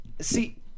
See